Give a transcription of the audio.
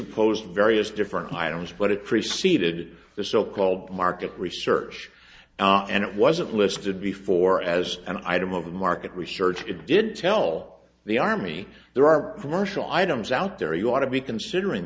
upposed various different items but it preceded the so called market research out and it wasn't listed before as an item of the market research it didn't tell the army there are commercial items out there you want to be considering